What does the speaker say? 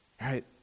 right